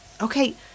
Okay